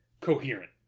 coherent